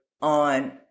on